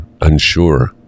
unsure